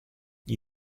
gli